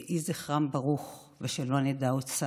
יהי זכרם ברוך ושלא נדע עוד צער.